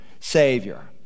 Savior